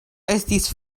estis